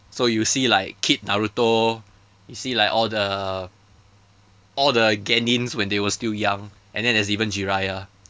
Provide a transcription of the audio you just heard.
so you see like kid naruto you see like all the all the gennins when they were still young and there is even jiraiya